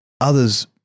others-